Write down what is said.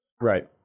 Right